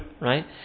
right